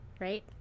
right